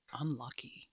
Unlucky